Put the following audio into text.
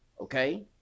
Okay